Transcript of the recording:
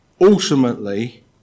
Ultimately